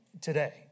Today